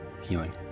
healing